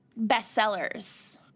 bestsellers